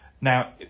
Now